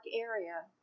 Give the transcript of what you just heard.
area